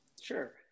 Sure